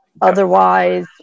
otherwise